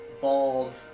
bald